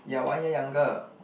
you are one year younger